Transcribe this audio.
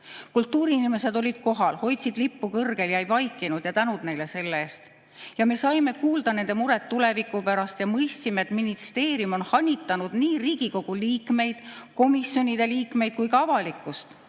Kultuuriinimesed olid kohal, hoidsid lippu kõrgel ja ei vaikinud – ja tänud neile selle eest! Me saime kuulda nende murest tuleviku pärast ja mõistsime, et ministeerium on hanitanud nii Riigikogu liikmeid, komisjonide liikmeid kui ka avalikkust.